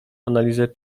analizę